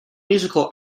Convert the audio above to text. musical